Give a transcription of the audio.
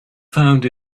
found